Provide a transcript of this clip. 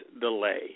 delay